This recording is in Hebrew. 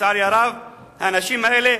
לצערי הרב, האנשים האלה,